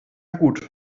gut